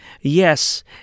Yes